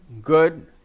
good